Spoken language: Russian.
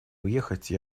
уехать